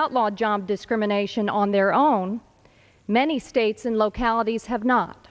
outlawed job discrimination on their own many states and localities have not